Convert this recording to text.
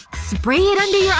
spray it under yeah